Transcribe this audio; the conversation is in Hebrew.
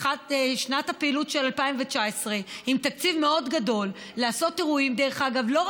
התחלנו את שנת הפעילות של תקציב מאוד גדול לעשות אירועים,